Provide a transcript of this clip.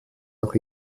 auch